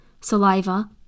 saliva